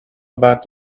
about